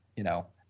you know,